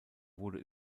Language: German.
wurde